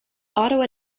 ottawa